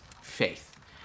faith